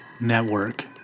Network